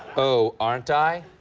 oh, aren't i?